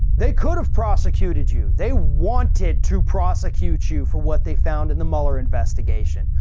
they could have prosecuted you. they wanted to prosecute you for what they found in the mueller investigation.